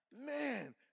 Man